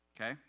Okay